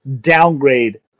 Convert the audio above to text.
downgrade